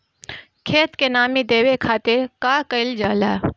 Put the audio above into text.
खेत के नामी देवे खातिर का कइल जाला?